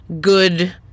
good